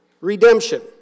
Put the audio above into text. Redemption